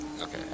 Okay